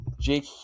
Jake